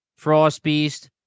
Frostbeast